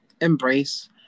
Embrace